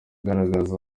agaragaza